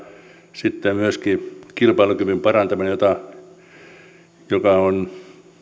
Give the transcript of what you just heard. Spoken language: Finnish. sitten myöskin kilpailukyvyn parantaminen